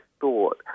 thought